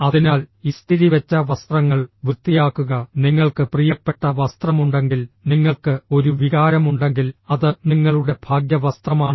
അതിനാൽ ഇസ്തിരിവെച്ച വസ്ത്രങ്ങൾ വൃത്തിയാക്കുക നിങ്ങൾക്ക് പ്രിയപ്പെട്ട വസ്ത്രമുണ്ടെങ്കിൽ നിങ്ങൾക്ക് ഒരു വികാരമുണ്ടെങ്കിൽ അത് നിങ്ങളുടെ ഭാഗ്യ വസ്ത്രമാണ്